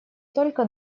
только